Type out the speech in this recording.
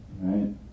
right